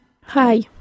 Hi